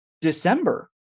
December